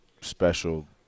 special